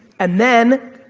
and then,